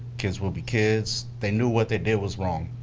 kids will be kids. they knew what they did was wrong.